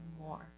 more